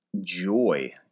joy